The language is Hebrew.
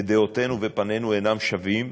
ודעותינו ופנינו אינם שווים,